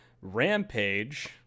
rampage